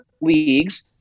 leagues